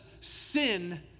sin